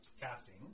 Casting